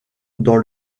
dans